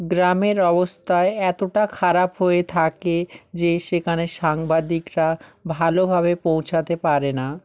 গ্রামের অবস্থা এতোটা খারাপ হয়ে থাকে যে সেখানে সাংবাদিকরা ভালোভাবে পৌঁছাতে পারে না